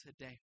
today